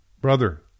brother